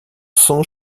sent